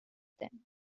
them